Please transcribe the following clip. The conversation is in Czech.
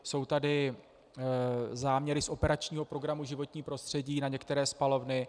Jsou tady záměry z operačního programu Životní prostředí na některé spalovny.